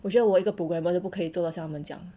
我觉得我一个 programmer 都不可以做到他们这样